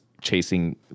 chasing